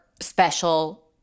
special